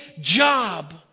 job